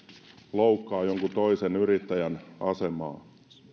loukkaa jonkun toisen yrittäjän asemaa